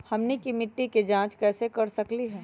हमनी के मिट्टी के जाँच कैसे कर सकीले है?